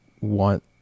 want